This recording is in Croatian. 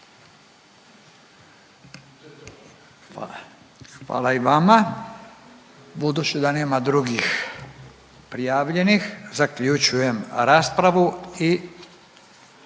Hvala i vama. Budući da nema drugih prijavljenih zaključujem raspravu i